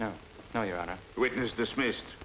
now now you're on a witness dismissed